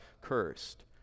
cursed